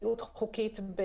יש